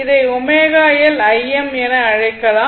இதை ω L Im என அழைக்கலாம்